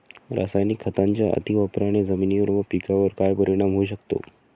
रासायनिक खतांच्या अतिवापराने जमिनीवर व पिकावर काय परिणाम होऊ शकतो?